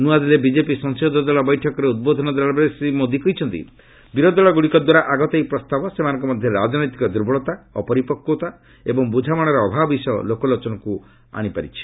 ନୂଆଦିଲ୍ଲୀରେ ବିଜେପି ସଂସଦୀୟ ଦଳ ବୈଠକରେ ଉଦ୍ବୋଧନ ଦେଲା ବେଳେ ଶ୍ରୀ ମୋଦି କହିଛନ୍ତି ବିରୋଧୀ ଦଳଗୁଡ଼ିକ ଦ୍ୱାରା ଆଗତ ଏହି ପ୍ରସ୍ତାବ ସେମାନଙ୍କ ମଧ୍ୟରେ ରାଜନୈତିକ ଦୁର୍ବଳତା ଅପରିପକ୍ୱତା ଏବଂ ବୁଝାମଣାର ଅଭାବ ବିଷୟ ଲୋକଲୋଚନକୁ ଆସି ପାରିଛି